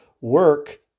work